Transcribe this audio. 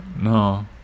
No